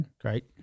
Great